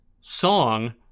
song